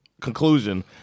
conclusion